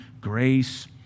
grace